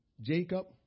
Jacob